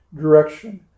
direction